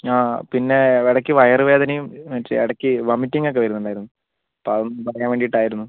ആ പിന്നെ ഇടയ്ക്ക് വയറുവേദനയും മറ്റേ ഇടയ്ക്ക് വോമിറ്റിംഗ് ഒക്കെ വരുന്നുണ്ടായിരുന്നു അപ്പം അതൊന്ന് പറയാൻ വേണ്ടിയിട്ടായിരുന്നു